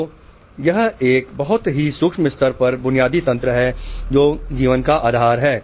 तो यह एक बहुत ही सूक्ष्म स्तर पर बुनियादी तंत्र है जो जीवन का आधार है